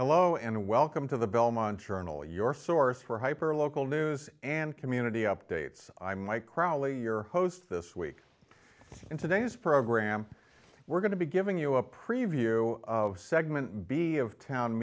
hello and welcome to the belmont journal your source for hyper local news and community updates imei crowley your host this week in today's program we're going to be giving you a preview of segment b of town